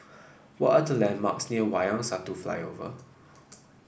what are the landmarks near Wayang Satu Flyover